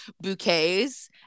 bouquets